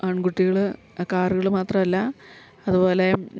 ആൺകുട്ടികള് കാറ്കള് മാത്രല്ല അതുപോലെ